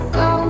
go